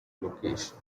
location